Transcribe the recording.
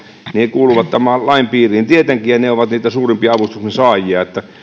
kuuluvat tämän lain piiriin tietenkin ja ne ovat niitä suurimpia avustusten saajia